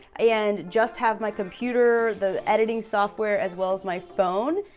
and just have my computer, the editing software, as well as, my phone.